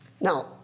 Now